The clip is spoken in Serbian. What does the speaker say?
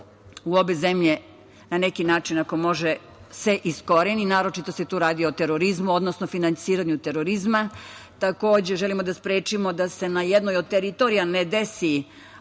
u obe zemlje na neki način iskoreni. Naročito se tu radi o terorizmu, odnosno finansiranju terorizma. Takođe, želimo da sprečimo da se na jednoj od teritorija ne desi